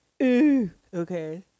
okay